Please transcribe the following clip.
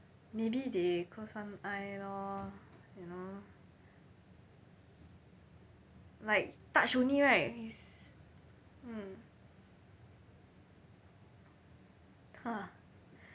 maybe they close one eye lor you know like touch only right mm ah